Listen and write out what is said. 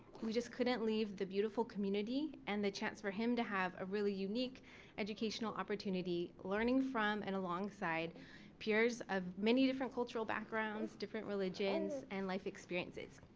we just couldn't leave the beautiful community and the chance for him to have a really unique educational opportunity learning from and alongside peers of many different cultural backgrounds different religions and life experiences.